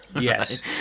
Yes